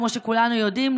כמו שכולנו יודעים,